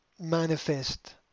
manifest